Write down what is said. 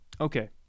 okay